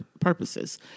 purposes